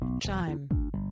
Chime